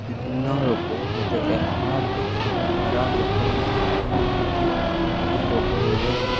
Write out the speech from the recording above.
ବିଭିନ୍ନ ରୋଗ ହୋଇଥାଏ ଏହା ଦ୍ଵାରା ଲୋକମାନେ ହିଁ ମଧ୍ୟ ରୋଗ ହୋଇଥାଏ